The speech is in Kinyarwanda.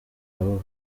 abo